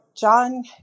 John